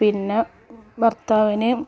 പിന്നെ ഭർത്താവിന്